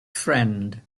friend